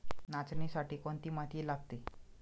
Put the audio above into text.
नाचणीसाठी कोणती माती लागते?